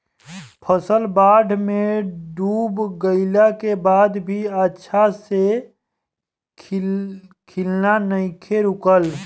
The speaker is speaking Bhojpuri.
फसल बाढ़ में डूब गइला के बाद भी अच्छा से खिलना नइखे रुकल